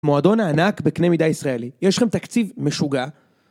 מועדון ענק בקנה מידה ישראלי יש לכם תקציב משוגע